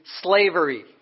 slavery